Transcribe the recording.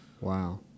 wow